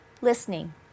listening